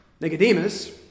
Nicodemus